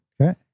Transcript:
Okay